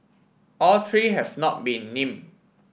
all three have not been name